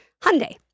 Hyundai